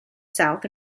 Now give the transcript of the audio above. south